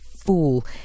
Fool